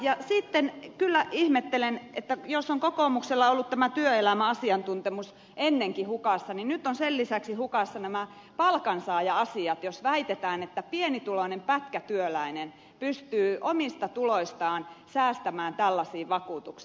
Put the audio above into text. ja sitten kyllä ihmettelen että jos on kokoomuksella ollut tämä työelämäasiantuntemus ennenkin hukassa niin nyt ovat sen lisäksi hukassa nämä palkansaaja asiat jos väitetään että pienituloinen pätkätyöläinen pystyy omista tuloistaan säästämään tällaisia vakuutuksia